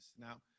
Now